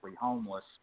homeless